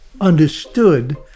understood